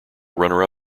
runner